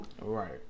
Right